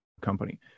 company